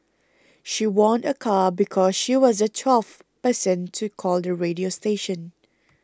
she won a car because she was the twelfth person to call the radio station